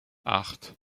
acht